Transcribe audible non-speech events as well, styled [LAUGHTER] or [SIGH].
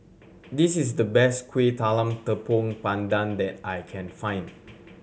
[NOISE] this is the best Kuih Talam Tepong Pandan that I can find